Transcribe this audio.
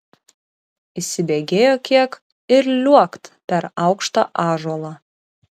įsibėgėjo kiek ir liuokt per aukštą ąžuolą